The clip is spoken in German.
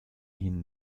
hin